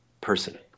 person